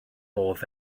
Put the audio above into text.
oedd